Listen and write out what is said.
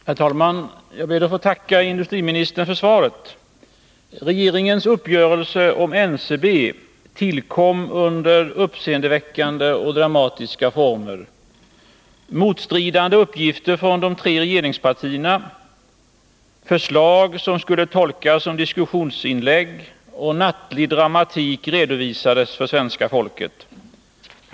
Herr talman! Jag ber att få tacka industriministern för svaret. Regeringens uppgörelse om NCB tillkom under uppseendeväckande och dramatiska former. Motstridande uppgifter från de tre regeringspartierna, förslag som skulle tolkas som diskussionsinlägg och nattlig dramatik redovisades för svenska folket.